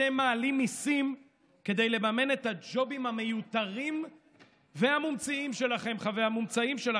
אתם מעלים מיסים כדי לממן את הג'ובים המיותרים והמומצאים שלכם,